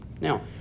now